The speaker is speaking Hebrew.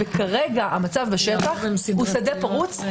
כרגע המצב בשטח הוא שדה פרוץ.